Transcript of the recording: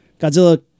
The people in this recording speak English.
Godzilla